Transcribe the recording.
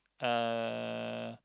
uh